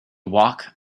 walk